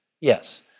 Yes